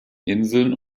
inseln